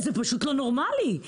זה פשוט לא נורמלי.